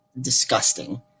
disgusting